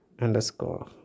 underscore